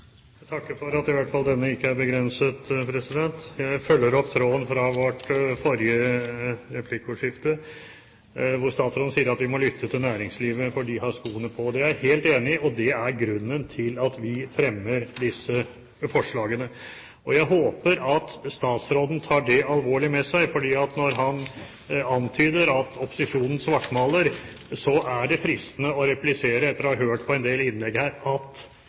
Jeg takker for at det i hvert fall ikke er begrensninger i denne saken. Jeg tar opp tråden fra vårt forrige replikkordskifte, der statsråden sa at vi må lytte til næringslivet, for de har skoene på. Det er jeg helt enig i, og det er grunnen til at vi fremmer disse forslagene. Jeg håper at statsråden tar dette på alvor og tar det med seg, for når han antyder at opposisjonen svartmaler, er det fristende, etter å ha hørt på en del innlegg her, å replisere at